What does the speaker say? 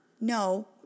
no